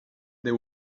they